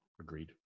agreed